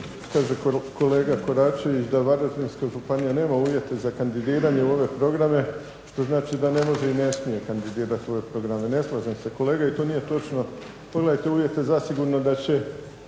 kolega Koračević da Varaždinska županija nema uvjete za kandidiranje u ove programe što znači da ne može i ne smije kandidirat u ove programe. Ne slažem se kolega i to nije točno. Pogledajte uvjete, zasigurno da će